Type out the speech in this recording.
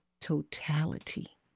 totality